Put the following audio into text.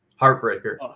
Heartbreaker